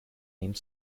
named